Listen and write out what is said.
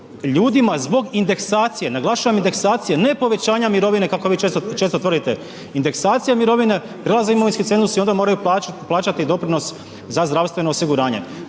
ljudima zbog indeksacije, naglašavam indeksacije, ne povećanja mirovine kako vi često tvrdite, indeksacije mirovine, prelazi u imovinski cenzus i onda moraju plaćati doprinos za zdravstveno osiguranje.